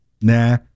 nah